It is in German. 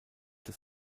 das